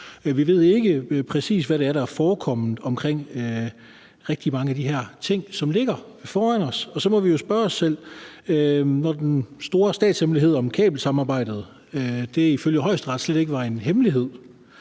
Vi ved ikke præcis, hvad det er, der er foregået omkring rigtig mange af de her ting, som ligger foran os, og så må vi jo spørge os selv med hensyn til den store statshemmelighed om kabelsamarbejdet, som ifølge Højesteret slet ikke var en hemmelighed.